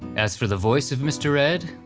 as for the voice of mister ed?